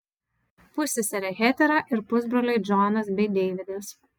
pusseserė hetera ir pusbroliai džonas bei deividas